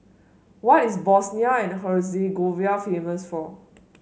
what is Bosnia and Herzegovina famous for